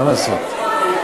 מה לעשות.